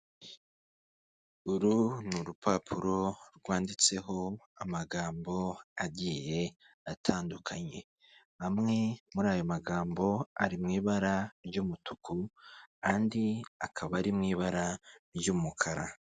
Uru ni urupapuro rwanditseho amagambo agiye atandukanye amwe muri ayo magambo ari mu ibara ry'umutuku, andi akaba ari mu ibara ry'umukara.